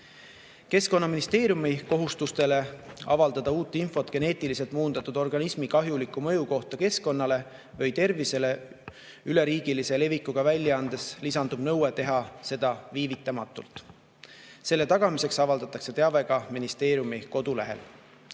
lisainfot. Keskkonnaministeeriumi kohustustele avaldada uut infot geneetiliselt muundatud organismi kahjuliku mõju kohta keskkonnale või tervisele üleriigilise levikuga väljaandes lisandub nõue teha seda viivitamatult. Selle tagamiseks avaldatakse teave ka ministeeriumi kodulehel.